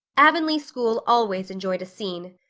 avonlea school always enjoyed a scene.